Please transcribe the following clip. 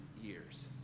years